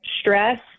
stress